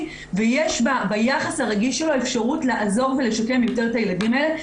ויש ביחס הרגיש שלו אפשרות לעזור ולשקם יותר את הילדים האלה.